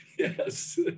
Yes